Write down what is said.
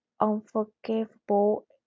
Unforgivable